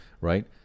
right